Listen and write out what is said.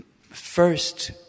first